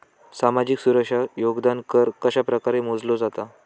सामाजिक सुरक्षा योगदान कर कशाप्रकारे मोजलो जाता